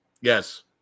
Yes